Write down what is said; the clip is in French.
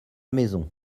maison